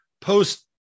post